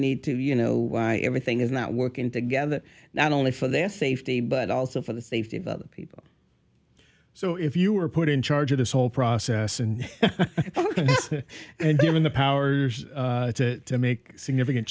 need to you know why everything is not working together not only for their safety but also for the safety of other people so if you were put in charge of this whole process and given the power to make significant